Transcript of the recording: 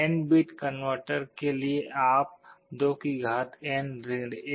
N bit converter के लिए आप 2N 1 तक जा सकते हैं